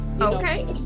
Okay